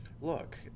look